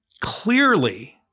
clearly